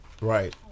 Right